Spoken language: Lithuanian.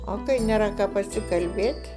o kai nėra ką pasikalbėti